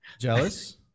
Jealous